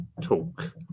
talk